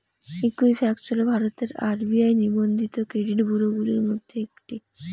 Equifax হল ভারতের RBI নিবন্ধিত ক্রেডিট ব্যুরোগুলির মধ্যে একটি